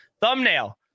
thumbnail